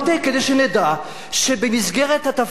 כדי שנדע שבמסגרת התפקיד,